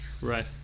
Right